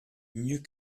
mieux